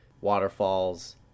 Waterfalls